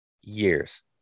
years